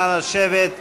נא לשבת.